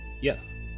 Yes